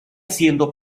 siendo